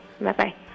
Bye-bye